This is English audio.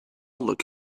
look